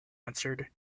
answered